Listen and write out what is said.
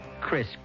Chris